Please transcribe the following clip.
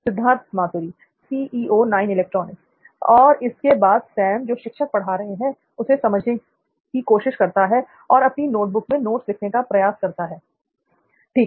सिद्धार्थ मातुरी और इसके बाद सैम जो शिक्षक पढ़ा रहे हैं उसे समझने की कोशिश करता है और अपनी नोटबुक में नोट्स लिखने का प्रयास करता है ठीक